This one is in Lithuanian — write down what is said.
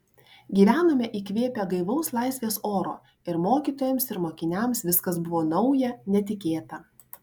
gyvenome įkvėpę gaivaus laisvės oro ir mokytojams ir mokiniams viskas buvo nauja netikėta